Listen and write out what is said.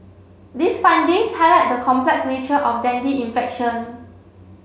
these findings highlight the complex nature of dengue infection